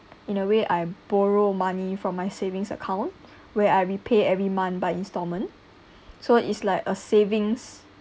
in a way I borrow money from my savings account where I will pay every month by installment so it's like a savings